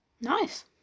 Nice